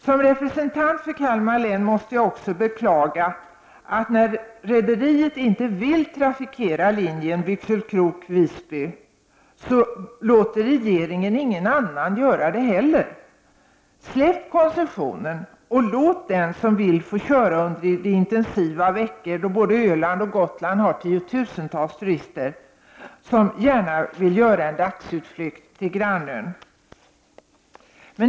Som representant för Kalmar län måste jag också beklaga att när rederiet inte vill trafikera linjen Grankullavik— Visby låter regeringen inte heller någon annan göra det. Släpp koncessionen och låt den som vill få köra under de intensiva veckor då både Öland och Gotland har tiotusentals turister, som gärna gör en dagsutflykt till grannön!